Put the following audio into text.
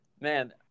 man